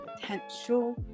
potential